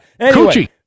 Coochie